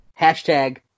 Hashtag